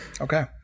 Okay